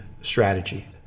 strategy